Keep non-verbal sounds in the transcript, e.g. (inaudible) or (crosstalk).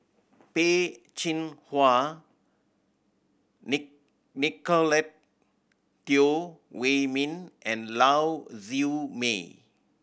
Peh Chin Hua (unintelligible) Nicolette Teo Wei Min and Lau Siew Mei